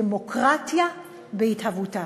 דמוקרטיה בהתהוותה.